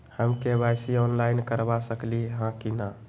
हम KYC online करवा सकली ह कि न?